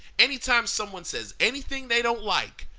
anytime someone says anything they don't like,